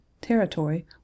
territory